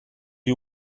you